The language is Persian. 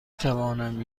توانم